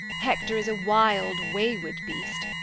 hector is a wild, wayward beast,